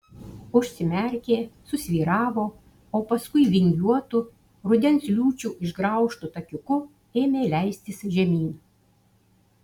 užsimerkė susvyravo o paskui vingiuotu rudens liūčių išgraužtu takiuku ėmė leistis žemyn